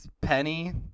Penny